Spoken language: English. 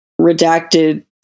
redacted